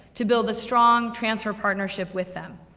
to build a strong transfer partnership with them.